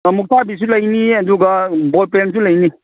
ꯑꯥ ꯃꯨꯛꯇꯥꯕꯤꯁꯨ ꯂꯩꯅꯤ ꯑꯗꯨꯒ ꯕꯣꯜ ꯄꯦꯟꯁꯨ ꯂꯩꯅꯤ